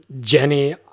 Jenny